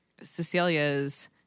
Cecilia's